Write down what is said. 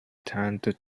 turned